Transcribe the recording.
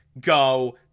go